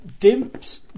Dimps